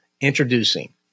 Introducing